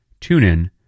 TuneIn